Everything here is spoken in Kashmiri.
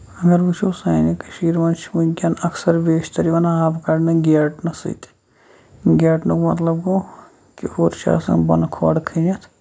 اَگر وٕچھو سانہِ کٔشیٖر منٛز چھُ ؤنکین اَکثر بیشتر یِوان آب کَڈنہٕ گیٹنہٕ سۭتۍ گیٹنہٕ مطلب گوٚو کیوہُر چھِ آسان بۄنہٕ کھۄڑ کھٔنِتھ